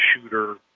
shooter